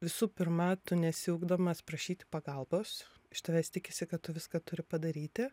visų pirma tu nesi ugdomas prašyti pagalbos iš tavęs tikisi kad tu viską turi padaryti